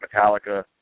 Metallica